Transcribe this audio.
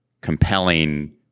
compelling